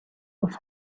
off